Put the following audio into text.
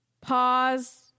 pause